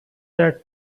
that